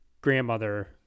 grandmother